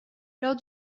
lors